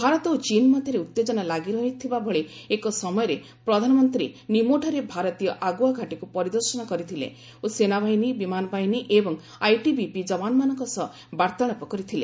ଭାରତ ଓ ଚୀନ୍ ମଧ୍ୟରେ ଉତ୍ତେଜନା ଲାଗି ରହିଥିବା ଭଳି ଏକ ସମୟରେ ପ୍ରଧାନମନ୍ତ୍ରୀ ନିମୋ ଠାରେ ଭାରତୀୟ ଆଗୁଆ ଘାଟୀକୁ ପରିଦର୍ଶନ କରିଥିଲେ ଓ ସେନାବାହିନୀ ବିମାନ ବାହିନୀ ଏବଂ ଆଇଟିବିପି ଯବାନମାନଙ୍କ ସହ ବାର୍ଭାଳାପ କରିଥିଲେ